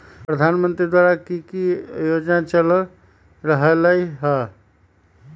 प्रधानमंत्री द्वारा की की योजना चल रहलई ह?